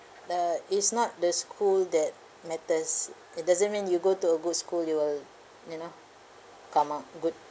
uh that it's not the school that matters it doesn't mean you go to a good school you will you know come out good